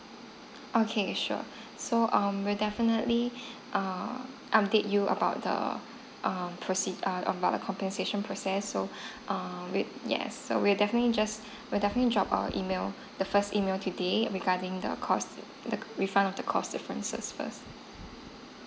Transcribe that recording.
okay sure so um we'll definitely err update you about the um proceed err about the compensation process so um we'll yes so we'll definitely just we'll definitely drop our email the first email today regarding the cost refund of the cost differences first